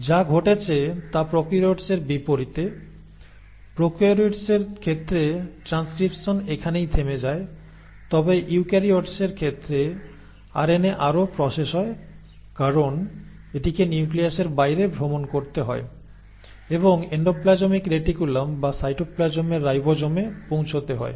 যা ঘটেছে তা প্রোকারিওটিসের বিপরীতে প্রোকারিওটিসের ক্ষেত্রে ট্রানস্ক্রিপশন এখানেই থেমে যায় তবে ইউক্যারিওটসের ক্ষেত্রে আরএনএ আরও প্রসেস হয় কারণ এটিকে নিউক্লিয়াসের বাইরে বেরতে হয় এবং এন্ডোপ্লাজমিক রেটিকুলাম বা সাইটোপ্লাজমের রাইবোজোমে পৌঁছতে হয়